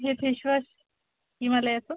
Hetheshwar हिमालयाचं